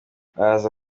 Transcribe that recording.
baraza